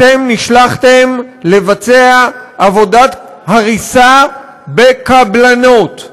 אתם נשלחתם לבצע עבודת הריסה בקבלנות.